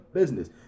business